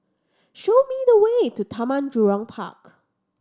show me the way to Taman Jurong Park